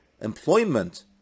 employment